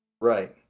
Right